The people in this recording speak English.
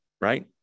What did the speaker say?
right